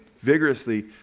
vigorously